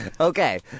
Okay